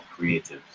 creatives